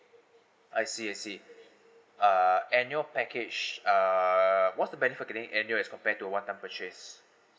I see I see uh annual package err what's the benefit of getting a annual if it's compare to a one time purchase